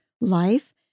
life